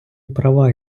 права